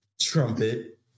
Trumpet